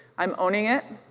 i'm owning it,